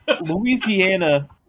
Louisiana